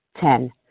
Ten